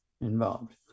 involved